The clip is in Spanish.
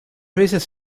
veces